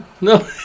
No